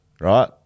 right